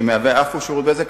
שמהווה אף הוא שירות בזק,